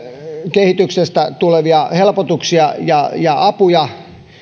kehityksestä tulevia helpotuksia ja ja apuja